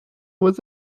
was